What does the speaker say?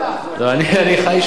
אני חי שם.